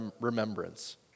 remembrance